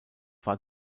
war